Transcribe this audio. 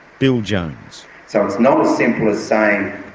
bill jones so it's not as simple as saying,